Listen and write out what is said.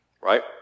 right